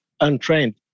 untrained